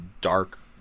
dark